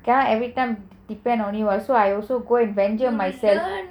cannot every time depend only so I go and venture myself